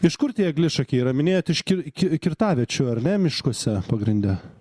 iš kur tie eglišakiai yra minėjot iš ki ki kirtaviečių ar ne miškuose pagrinde